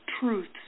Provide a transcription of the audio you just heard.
truths